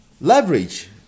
leverage